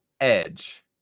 edge